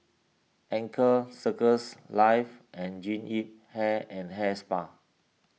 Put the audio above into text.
Anchor Circles Life and Jean Yip Hair and Hair Spa